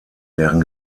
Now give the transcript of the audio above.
deren